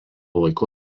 laiku